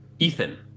Ethan